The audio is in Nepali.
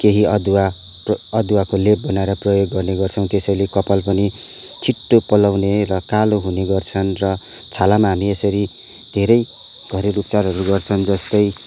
केही अदुवा र अदुवाको लेप बनाएर प्रयोग गर्ने गर्छौँ त्यसैले कपाल पनि छिट्टो पलाउने र कालो हुने गर्छन् र छालामा हामी यसरी धेरै घरेलु उपचारहरू गर्छन् जस्तै